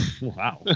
Wow